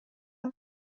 ruler